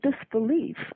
disbelief